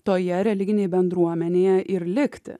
toje religinėj bendruomenėje ir likti